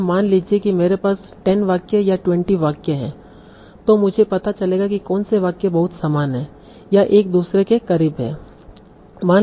तों यहाँ मान लीजिए कि मेरे पास 10 वाक्य या 20 वाक्य हैं तो मुझे पता चलेगा कि कौन से वाक्य बहुत समान हैं या एक दूसरे के करीब हैं